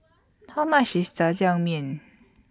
How much IS Jajangmyeon